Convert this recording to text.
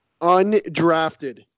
undrafted